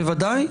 בוודאי.